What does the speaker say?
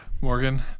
Morgan